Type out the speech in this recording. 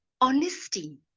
Honesty